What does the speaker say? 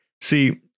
see